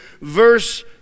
verse